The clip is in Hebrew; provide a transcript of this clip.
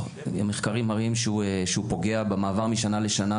מחקרים מראים שחופש גדול ארוך פוגע במעבר משנה לשנה,